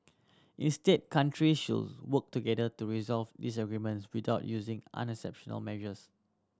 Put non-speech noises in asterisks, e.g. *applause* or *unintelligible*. instead country should work together to resolve disagreements without using *unintelligible* exceptional measures